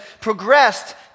progressed